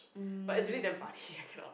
but is really damn funny I cannot